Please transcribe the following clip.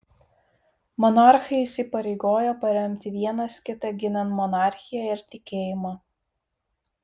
monarchai įsipareigojo paremti vienas kitą ginant monarchiją ir tikėjimą